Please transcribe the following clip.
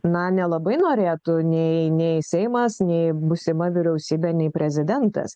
na nelabai norėtų nei nei seimas nei būsima vyriausybė nei prezidentas